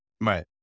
Right